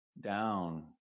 down